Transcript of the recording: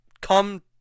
come